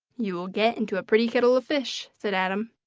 you will get into a pretty kettle of fish! said adam.